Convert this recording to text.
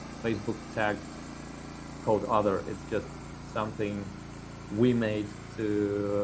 facebook tag called other, it's just something we made to